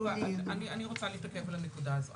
אני רוצה להתעכב על הנקודה הזו.